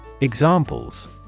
Examples